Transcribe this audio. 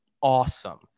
awesome